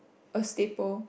a staple